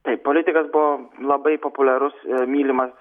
taip politikas buvo labai populiarus mylimas